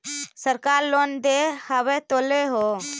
सरकार लोन दे हबै तो ले हो?